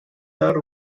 are